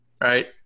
Right